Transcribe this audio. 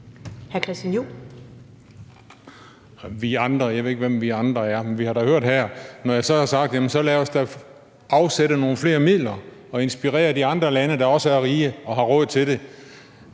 »Vi andre« – jeg ved ikke, hvem »vi andre« er. Men vi har da her hørt, at når jeg så har sagt: Jamen så lad os da afsætte nogle flere midler og inspirere de andre lande, der også er rige og har råd til det